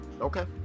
Okay